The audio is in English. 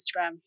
Instagram